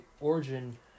origin